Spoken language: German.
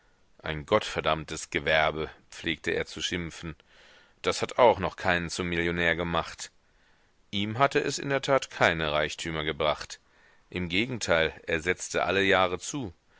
ein gottverdammtes gewerbe pflegte er zu schimpfen das hat auch noch keinen zum millionär gemacht ihm hatte es in der tat keine reichtümer gebracht im gegenteil er setzte alle jahre zu